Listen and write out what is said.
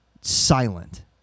silent